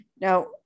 Now